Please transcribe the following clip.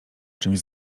czymś